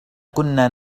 كنا